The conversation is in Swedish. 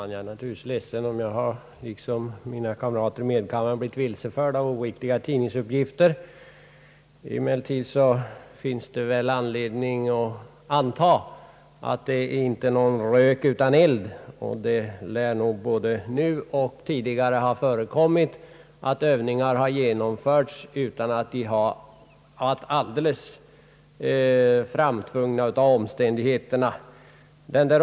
Herr talman! Jag är ledsen om jag liksom mina kamrater i medkammaren har blivit vilseledd av oriktiga tidningsuppgifter. Emellertid finns ju anledning anta att det inte är någon rök utan eld. Det lär både nu och tidigare ha förekommit att svåra övningar genomförts utan att de varit alldeles framtvingade av omständigheterna.